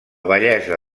bellesa